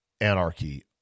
anarchy